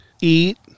Eat